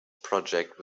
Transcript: project